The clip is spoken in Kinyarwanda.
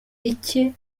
icye